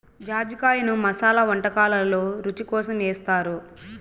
జాజికాయను మసాలా వంటకాలల్లో రుచి కోసం ఏస్తారు